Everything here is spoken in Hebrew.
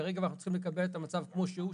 כרגע אנחנו צריכים לקבע את המצב כמו שהוא,